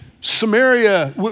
Samaria